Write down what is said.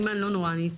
אימאן, לא נורא.